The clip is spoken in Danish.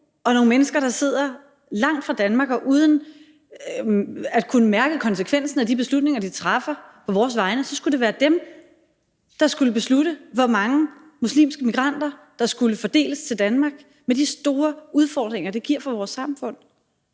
og nogle mennesker, som sidder langt fra Danmark og uden at kunne mærke konsekvensen af de beslutninger, de træffer på vores vegne, der skulle beslutte, hvor mange muslimske migranter der skulle fordeles til Danmark, med de store udfordringer, det giver for vores samfund,